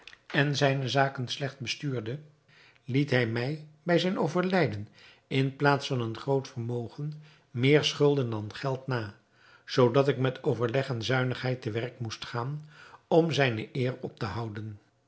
en zijne zaken slecht bestuurde liet hij mij bij zijn overlijden in plaats van een groot vermogen meer schulden dan geld na zoodat ik met overleg en zuinigheid te werk moest gaan om zijne eer op te houden